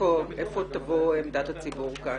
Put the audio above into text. איפה תבוא עמדת הציבור כאן?